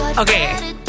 Okay